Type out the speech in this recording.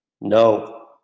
no